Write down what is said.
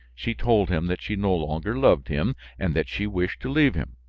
she told him that she no longer loved him and that she wished to leave him.